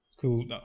Cool